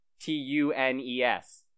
T-U-N-E-S